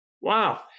Wow